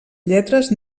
lletres